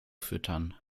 füttern